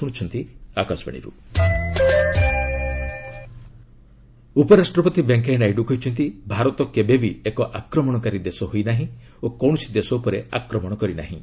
VP book ଉପରାଷ୍ଟ୍ରପତି ଭେଙ୍କୟାନାଇଡ଼ୁ କହିଛନ୍ତି ଭାରତ କେବେ ବି ଏକ ଆକ୍ମଣକାରୀ ଦେଶ ହୋଇ ନାହିଁ ଓ କୌଣସି ଦେଶ ଉପରେ ଆକ୍ମଣ କରିନାହିଁ